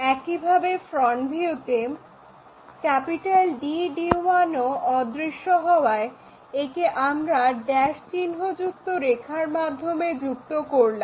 একইভাবে ফ্রন্ট ভিউতে D থেকে D1 ও অদৃশ্য হওয়ায় একে আমরা ড্যাশ চিহ্নযুক্ত রেখার মাধ্যমে যুক্ত করলাম